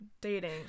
dating